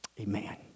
Amen